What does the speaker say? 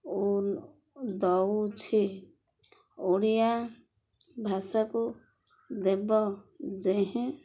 ଓ ଦଉଛି ଓଡ଼ିଆ ଭାଷାକୁ ଦେବ ଯେହେଁ